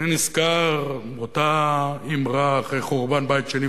אני נזכר באותה אמרה אחרי חורבן בית שני,